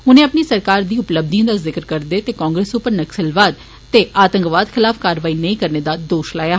उनें अपनी सरकार दी उपलब्धिएं दा जिक्र कीता ते कांग्रेस उप्पर नक्सलवाद ते आतंकवाद खिलाफ कारवाई नेई करने दा दोष लाया